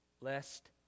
Lest